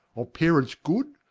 of parents good,